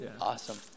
Awesome